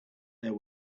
there